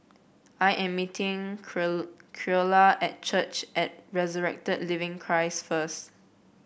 I am meeting Creola at Church at Resurrected Living Christ first